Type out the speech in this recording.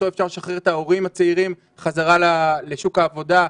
אפשר לשחרר את ההורים הצעירים חזרה לשוק העבודה,